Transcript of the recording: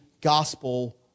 gospel